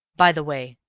by the way,